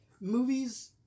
movies